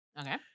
okay